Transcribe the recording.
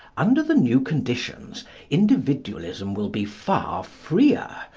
under the new conditions individualism will be far freer,